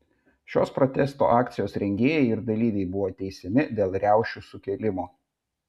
šios protesto akcijos rengėjai ir dalyviai buvo teisiami dėl riaušių sukėlimo